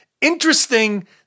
Interesting